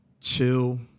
chill